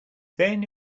then